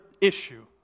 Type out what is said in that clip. issue